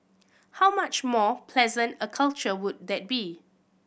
how much more pleasant a culture would that be